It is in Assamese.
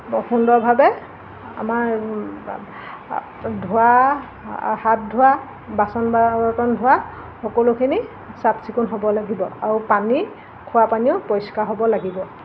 সুন্দৰভাৱে আমাৰ ধোৱা হাত ধোৱা বাচন বৰ্তন ধোৱা সকলোখিনি চাফ চিকুণ হ'ব লাগিব আৰু পানী খোৱা পানীও পৰিষ্কাৰ হ'ব লাগিব